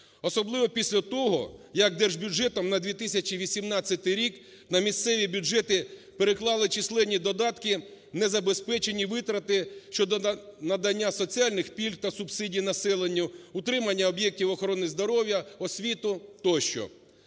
Особливо після того, як Держбюджетом на 2018 рік на місцеві бюджети переклали численні додатки, незабезпечені витрати щодо надання соціальних пільг та субсидій населенню, утримання об'єктів охорони здоров'я, освіту тощо.